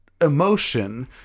emotion